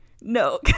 No